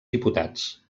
diputats